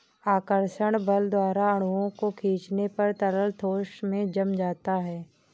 आकर्षक बल द्वारा अणुओं को खीचने पर तरल ठोस में जम जाता है